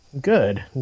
Good